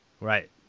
Right